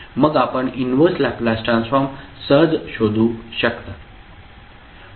मग आपण inverse Laplace transform सहज शोधू शकता